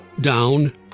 Down